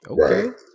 okay